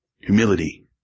Humility